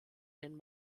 den